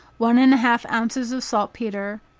one and a half ounces of saltpetre,